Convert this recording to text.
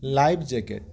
life jacket